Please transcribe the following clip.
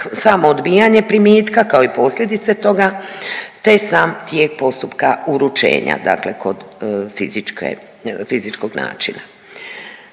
samo odbijanje primitka kao i posljedice toga, te sam tijek postupka uručenja. Dakle, kod fizičkog načina.